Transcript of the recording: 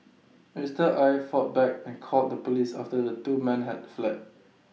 Mister Aye fought back and called the Police after the two men had fled